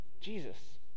Jesus